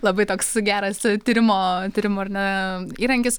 labai toks geras tyrimo tyrimo ar ne įrankis